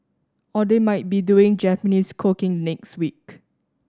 or they might be doing Japanese cooking the next week